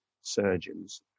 surgeons